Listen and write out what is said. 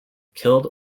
killed